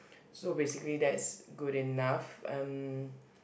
so basically that is good enough um